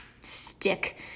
stick